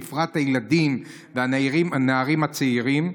בפרט הילדים והנערים הצעירים.